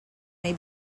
may